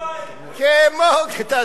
גם זה בשביל שלום בית.